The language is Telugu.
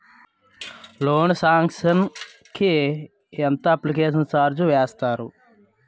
లోన్ సాంక్షన్ కి ఎంత అప్లికేషన్ ఛార్జ్ వేస్తారు?